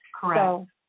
Correct